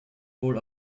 wohl